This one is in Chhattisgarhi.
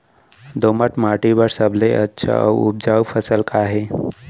दोमट माटी बर सबले अच्छा अऊ उपजाऊ फसल का हे?